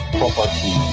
property